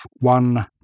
one